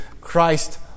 Christ